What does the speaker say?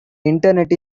internet